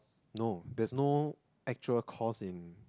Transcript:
no there's no actual cost in